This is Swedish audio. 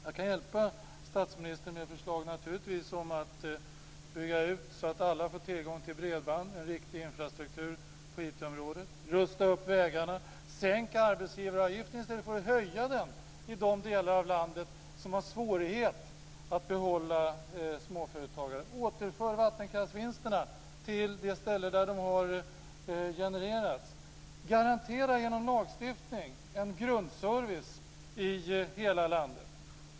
Jag kan hjälpa statsministern med förslag, t.ex. att bygga ut så att alla får tillgång till bredband, en riktig infrastruktur på IT-området och rusta upp vägarna. Sänk arbetsgivaravgiften i stället för att höja den i de delar av landet som har svårighet att behålla småföretagare. Återför vattenkraftsvinsterna till de ställen där de har genererats. Garantera genom lagstiftning en grundservice i hela landet.